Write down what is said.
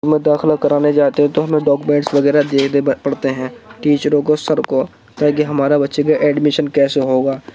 ہم لوگ داخلہ کرانے جاتے ہیں تو ہمیں ڈاکومینٹس وغیرہ دینے پڑتے ہیں ٹیچروں کو سر کو تاکہ ہمارا بچے کا ایڈمیشن کیسے ہوگا